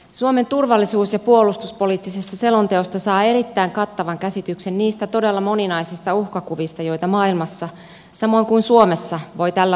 suomen turvallisuus ja puolustuspoliittisesta selonteosta saa erittäin kattavan käsityksen niistä todella moninaisista uhkakuvista joita maailmassa samoin kuin suomessa voi tällä vuosikymmenellä tapahtua